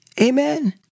Amen